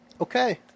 Okay